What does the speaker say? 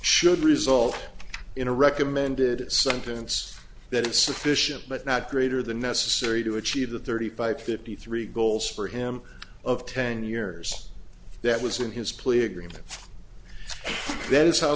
should result in a recommended sentence that is sufficient but not greater than necessary to achieve the thirty five fifty three goals for him of ten years that was in his plea agreement that is how